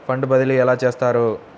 Fund బదిలీ ఎలా చేస్తారు?